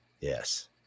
yes